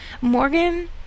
Morgan